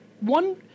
One